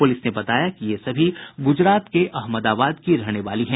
प्रलिस ने बताया कि ये सभी गुजरात के अहमदाबाद की रहने वाली है